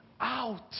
out